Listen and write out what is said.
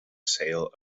sale